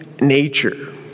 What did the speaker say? nature